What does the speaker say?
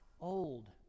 old